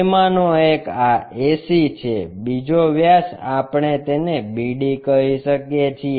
તેમાંનો એક આ AC છે બીજો વ્યાસ આપણે તેને BD કહી શકીએ છીએ